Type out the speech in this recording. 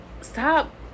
stop